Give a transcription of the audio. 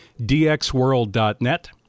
dxworld.net